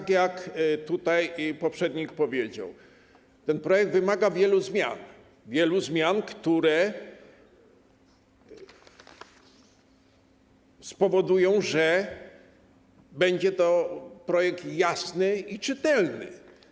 Tak jak tutaj poprzednik powiedział, ten projekt wymaga wielu zmian - zmian, które spowodują, że będzie to projekt jasny i czytelny.